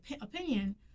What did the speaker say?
opinion